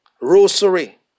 Rosary